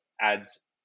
adds